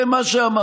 זה מה שאמרת.